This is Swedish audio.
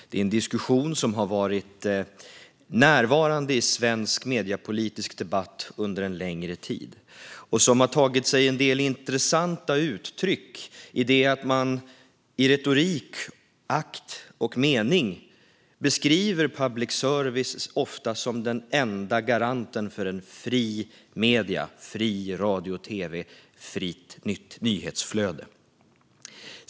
Det är en diskussion som har varit närvarande i svensk mediepolitisk debatt under en längre tid och som har tagit sig en del intressanta uttryck i att man i retorik i akt och mening ofta beskriver public service som den enda garanten för fria medier, fri radio och tv samt fritt nyhetsflöde.